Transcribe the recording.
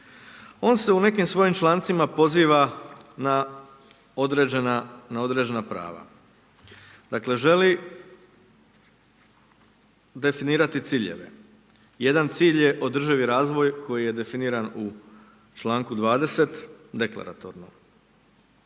On se u nekim svojim člancima poziva na određena prava. Dakle želi definirati ciljeve, jedan cilj je održivi razvoj koji je definiran u članku 20 deklaratorno.